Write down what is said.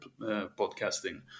podcasting